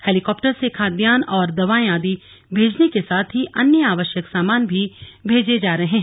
helicopter से खाद्यान्न और दवाएं आदि भेजने के साथ ही अन्य आवश्यक सामान भेजे जा रहे हैं